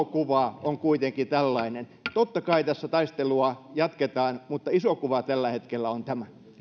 kuva on kuitenkin tällainen totta kai tässä taistelua jatketaan mutta iso kuva tällä hetkellä on tämä